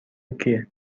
کیه